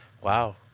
Wow